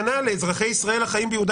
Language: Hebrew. כנ"ל לגבי אזרחי ישראל שחיים ביהודה